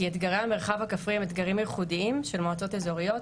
כי אתגרי המרחב הכפרי הם אתגרים ייחודיים של מועצות אזוריות.